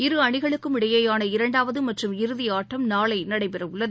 இரு அணிகளுக்கும் இடையேயான இரண்டாவதுமற்றும் இறுதியாட்டம் நாளைநடைபெறஉள்ளது